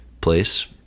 place